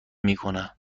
میکنه